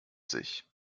sich